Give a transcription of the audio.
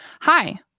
hi